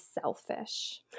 selfish